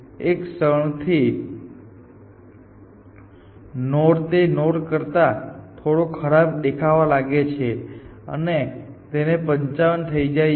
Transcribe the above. એક ક્ષણથી નોડ તે નોડ કરતા થોડો ખરાબ દેખાવા લાગે છે અને તે 55 થઈ જાય છે